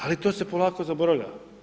Ali to se polako zaboravlja.